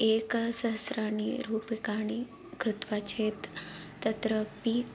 एकसहस्राणि रूप्यकाणि कृत्वा चेत् तत्रापि